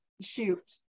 shoot